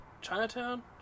Chinatown